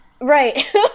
Right